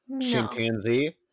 Chimpanzee